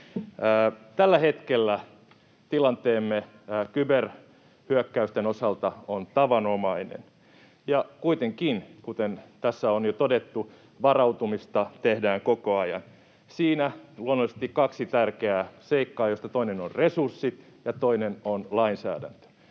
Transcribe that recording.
Tällä hetkellä tilanteemme kyberhyökkäysten osalta on tavanomainen. Ja kuitenkin, kuten tässä on jo todettu, varautumista tehdään koko ajan. Siinä on luonnollisesti kaksi tärkeää seikkaa, joista toinen on resurssit ja toinen on lainsäädäntö.